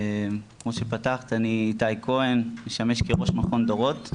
כמו שפתחת, אני איתי כהן, משמש כראש מכון דורות.